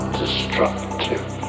destructive